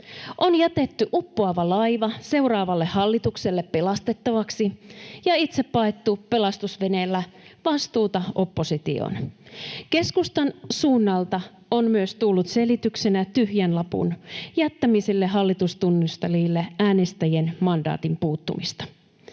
On jätetty uppoava laiva seuraavalle hallitukselle pelastettavaksi ja itse paettu pelastusveneellä vastuuta oppositioon. Keskustan suunnalta on myös tullut selityksenä tyhjän lapun jättämiselle hallitustunnustelijalle äänestäjien mandaatin puuttuminen.